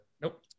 Nope